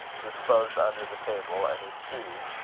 disposed under the table, and his shoes,